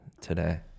today